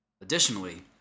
Additionally